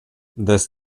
this